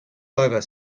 over